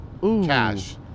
Cash